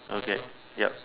okay yup